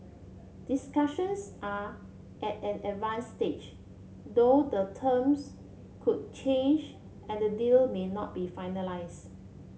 discussions are at an advance stage though the terms could change and the deal may not be finalise